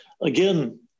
again